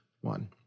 one